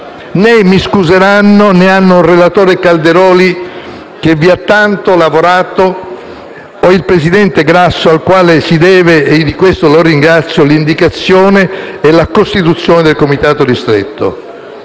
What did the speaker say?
- mi scuseranno - ne hanno il relatore Calderoli, che vi ha tanto lavorato, o il presidente Grasso, al quale si deve - e di questo lo ringrazio - l'indicazione e la costituzione del Comitato ristretto.